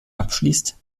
abschließt